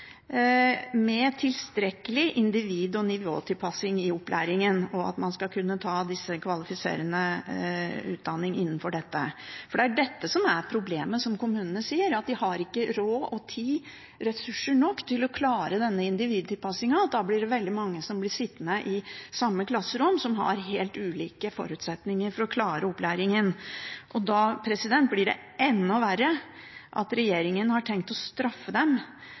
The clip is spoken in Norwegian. med tilstrekkelig individ- og nivåtilpasning i opplæringen og at man kan skal kunne ta kvalifiserende utdanning innenfor dette. Det er dette som er problemet – kommunene sier at de ikke har råd, tid og ressurser nok til å klare denne individtilpasningen. Da blir det veldig mange som blir sittende i samme klasserom med helt ulike forutsetninger for å klare opplæringen, og da blir det enda verre at regjeringen har tenkt å straffe dem